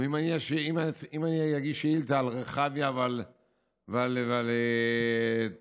ואם אני אגיש שאילתה על רחביה ועל טלביה